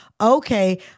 okay